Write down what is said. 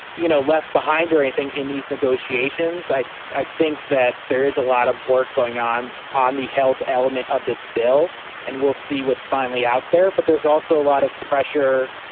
you know, left behind or anything in these negotiations. i i think that there is a lot of work going on on the health element of this bill and we'll see what's finally out there. but there's also a lot of